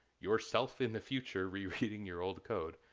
yourself in the future rereading your old code,